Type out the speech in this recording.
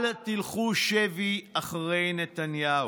אל תלכו שבי אחרי נתניהו.